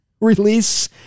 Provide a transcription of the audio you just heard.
Release